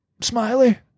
smiley